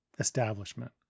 establishment